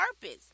purpose